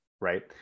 right